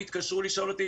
הם התקשרו לשאול אותי